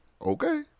Okay